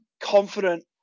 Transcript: confident